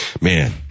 man